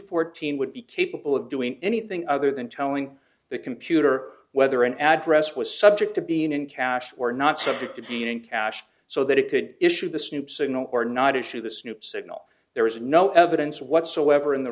fourteen would be capable of doing anything other than telling the computer whether an address was subject to being in cash or not subject to being in cash so that it could issue the snoop signal or not issue the snoop signal there is no evidence whatsoever in the